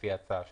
לפי ההצעה שלכם.